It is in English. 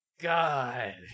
God